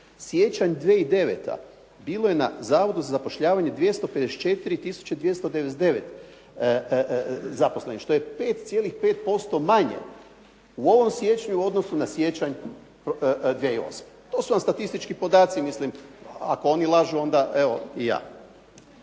siječanj 2009. bilo je na Zavodu za zapošljavanje 254 tisuće 299 zaposlenih što je 5,5% manje u ovom siječnju u odnosu na siječanj 2008. To su vam statistički podaci. Ako oni lažu onda evo i ja.